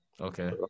Okay